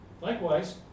likewise